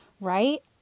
right